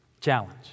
challenge